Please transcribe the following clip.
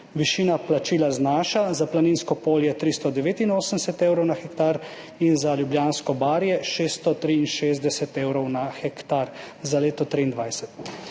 Višina plačila znaša za Planinsko polje 389 evrov na hektar in za Ljubljansko barje 663 evrov na hektar, za leto 2023.